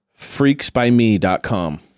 freaksbyme.com